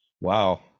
wow